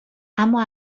اما